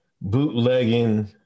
bootlegging